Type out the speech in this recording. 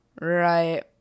right